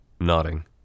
nodding